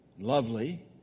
lovely